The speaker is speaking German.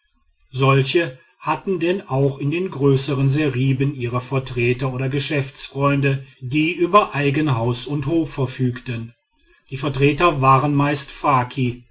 solche hatten denn auch in den größern seriben ihre vertreter oder geschäftsfreunde die über eigen haus und hof verfügten die vertreter waren meist